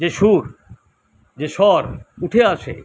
যে সুর যে স্বর উঠে আসে